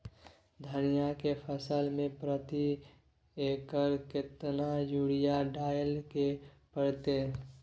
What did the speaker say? धनिया के फसल मे प्रति एकर केतना यूरिया डालय के परतय?